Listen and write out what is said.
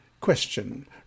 Question